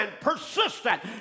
persistent